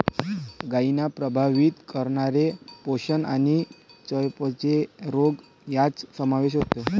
गायींना प्रभावित करणारे पोषण आणि चयापचय रोग यांचा समावेश होतो